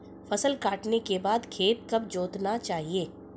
फसल काटने के बाद खेत कब जोतना चाहिये?